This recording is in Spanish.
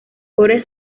core